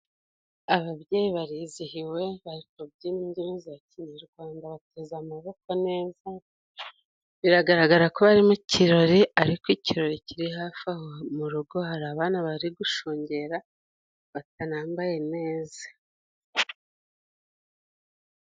Ababyeyi barizihiwe bari kubyina imbyino za kinyarwanda bateze amaboko neza, biragaragara ko bari mukirori ariko ikirori kiri hafi aho murugo, hari abana bari gushungera batanambaye neza.